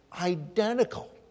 identical